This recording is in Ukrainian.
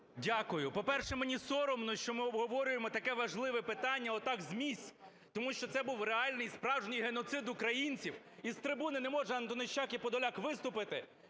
Дякую. По-перше, мені соромно, що ми обговорюємо таке важливе питання отак з місць, тому що це був реальний і справжній геноцид українців. І з трибуни не може Антонищак і Подоляк виступити?